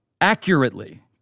accurately